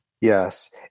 Yes